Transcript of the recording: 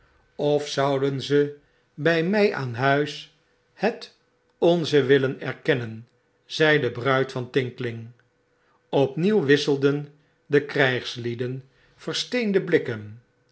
of zouden ze bij mij aan huis het onze willen erkennen zei de bruid van tinkling opnieuw wisselden de krijgslieden versteende blikken